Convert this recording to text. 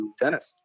tennis